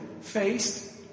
faced